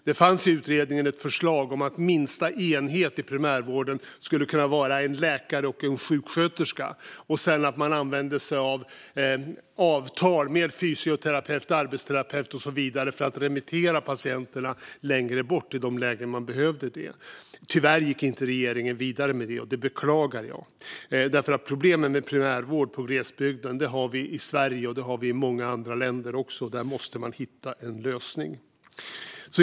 Det fanns i utredningen ett förslag om att minsta enhet i primärvården skulle vara en läkare och en sjuksköterska. Sedan avtar det med fysioterapeut, arbetsterapeut och så vidare för att remittera patienterna längre bort i de lägen man behöver det. Tyvärr gick inte regeringen vidare, och det beklagar jag. Problemen med primärvården i glesbygden finns i Sverige och i många andra länder, och det behövs en lösning.